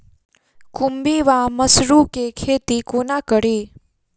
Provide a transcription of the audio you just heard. खुम्भी वा मसरू केँ खेती कोना कड़ी?